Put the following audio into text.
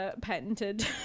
patented